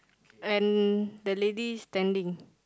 and the lady standing